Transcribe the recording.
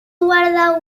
guarda